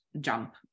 jump